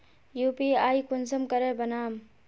UPI कुंसम करे बनाम?